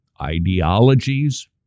ideologies